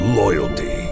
loyalty